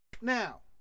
Now